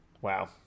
Wow